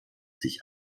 sich